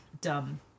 dumb